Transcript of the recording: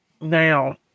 Now